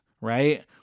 right